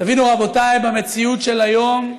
תבינו, רבותיי, במציאות של היום,